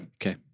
Okay